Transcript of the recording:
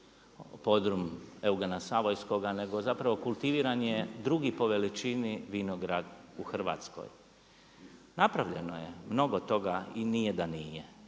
podrum Eugena Savojskoga, nego zapravo kultiviran je drugi po veličini vinograd u Hrvatskoj. Napravljeno je mnogo toga i nije da nije